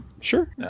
sure